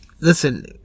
listen